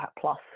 plus